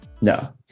No